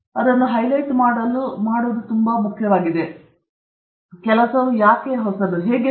ನೀವು ಅದನ್ನು ಹೈಲೈಟ್ ಮಾಡಲು ಪ್ರಯತ್ನಿಸುವ ಸ್ಥಳ ಏಕೆ ಮುಖ್ಯವಾಗಿದೆ ನಿಮ್ಮ ಕೆಲಸವು ಹೊಸದು ಹೇಗೆ